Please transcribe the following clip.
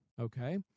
okay